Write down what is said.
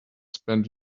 spent